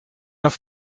auf